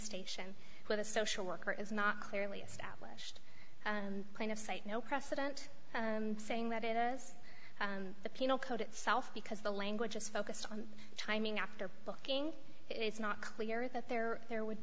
station with a social worker is not clearly established plane of sight no precedent saying that it has the penal code itself because the language is focused on timing after booking it's not clear that there there would